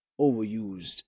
overused